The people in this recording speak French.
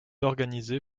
organisée